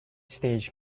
stage